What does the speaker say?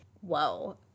Whoa